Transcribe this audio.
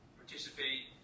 participate